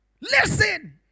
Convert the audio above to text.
Listen